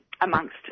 amongst